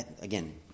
Again